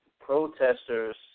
protesters